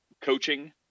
coaching